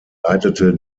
leitete